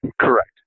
Correct